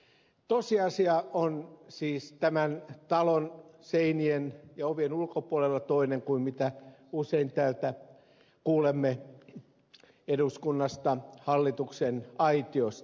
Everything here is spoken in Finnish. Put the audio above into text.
todellisuus on siis tämän talon seinien ja ovien ulkopuolella toinen kuin mitä usein täällä eduskunnassa kuulemme hallituksen aitiosta